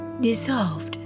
dissolved